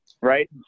right